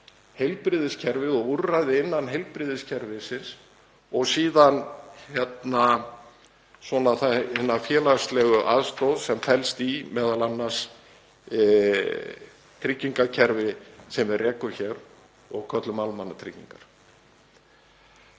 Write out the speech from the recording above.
heilbrigðiskerfið og úrræði innan heilbrigðiskerfisins og síðan hina félagslegu aðstoð sem felst í m.a. tryggingakerfi sem við rekum hér og köllum almannatryggingar.